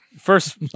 First